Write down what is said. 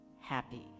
happy